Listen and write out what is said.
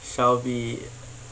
shall be